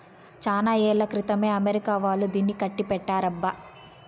చానా ఏళ్ల క్రితమే అమెరికా వాళ్ళు దీన్ని కనిపెట్టారబ్బా